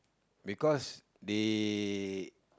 because they